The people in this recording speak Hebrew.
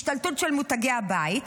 השתלטות של מותגי הבית.